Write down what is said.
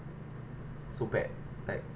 so bad like